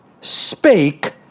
spake